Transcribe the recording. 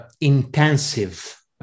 intensive